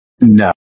No